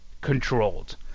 controlled